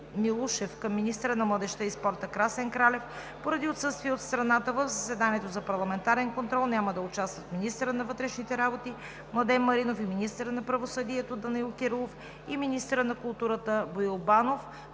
Милушев към министъра на младежта и спорта Красен Кралев. Поради отсъствие от страната в заседанието за парламентарен контрол няма да участват министърът на вътрешните работи Младен Маринов, министърът на правосъдието Данаил Кирилов и министърът на културата Боил Банов.